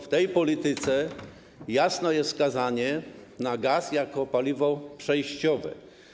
W tej polityce jest jasne wskazanie na gaz jako paliwo przejściowe.